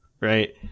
Right